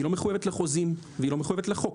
היא לא מחויבת לחוזים והיא לא מחויבת לחוק.